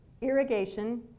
Irrigation